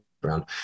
Brown